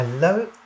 Hello